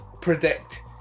predict